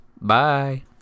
Bye